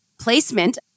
placement